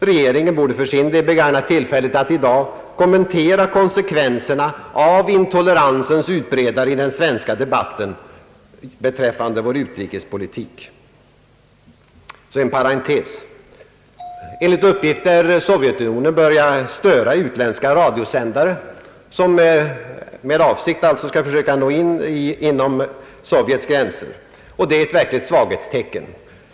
Regeringen borde begagna tillfället att i dag kommentera konsekvenserna av intoleransens utbredning i den svenska debatten beträffande vår utrikespolitik, Så en parentes. Enligt uppgift lär Sovjetunionen ha börjat störa utländska radiosändningar, som med avsikt skall försöka nå inom Sovjets gränser, och det är ett verkligt svaghetstecken.